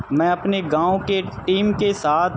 میں اپنے گاؤں کے ٹیم کے ساتھ